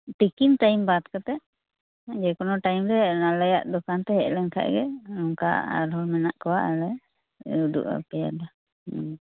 ᱛᱤᱠᱤᱱ ᱴᱟᱭᱤᱢ ᱵᱟᱫ ᱠᱟᱛᱮᱫ ᱡᱮᱠᱚᱱᱚ ᱴᱟᱭᱤᱢ ᱨᱮ ᱱᱟᱞᱮᱭᱟᱜ ᱫᱚᱠᱟᱱ ᱛᱮ ᱦᱮᱡ ᱞᱮᱱ ᱠᱷᱟᱡ ᱜᱮ ᱱᱚᱝᱠᱟ ᱟᱨᱦᱚᱸ ᱢᱮᱱᱟᱜ ᱠᱚᱣᱟ ᱟᱞᱮ ᱩᱫᱩᱜ ᱟᱯᱮᱭᱟᱞᱮ